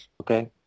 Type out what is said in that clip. Okay